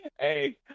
Hey